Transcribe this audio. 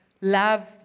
love